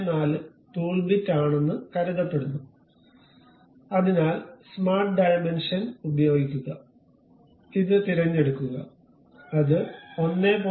14 tool bit ആണെന്ന് കരുതപ്പെടുന്നു അതിനാൽ സ്മാർട്ട് ഡൈമൻഷൻ ഉപയോഗിക്കുക ഇത് തിരഞ്ഞെടുക്കുക അത് 1